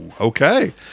okay